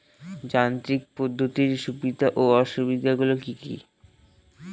যান্ত্রিক পদ্ধতির সুবিধা ও অসুবিধা গুলি কি কি?